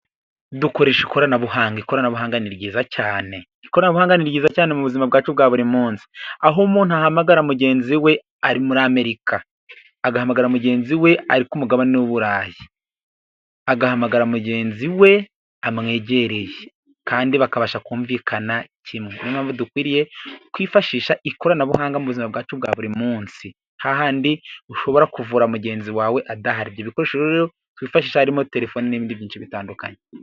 Dukoresha ikoranabuhanga, ikoranabuhanga ni ryiza cyane, ikoranabuhanga ni ryiza cyane mu buzima bwacu bwa buri munsi aho umuntu ahamagara mugenzi we ari muri amerika, agahamagara mugenzi we ari ku umugabane w'uburayi, agahamagara mugenzi we amwegereye kandi bakabasha kumvikana niyo pamvu dukwiriye kwifashisha ikoranabuhanga mu buzima bwacu bwa buri munsi hahandi ushobora kuvura mugenzi wawe adahari, ibyo ibikoresho rero twifashi harimo telefoni n'ibindi byinshi bitandukanye.